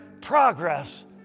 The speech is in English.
progress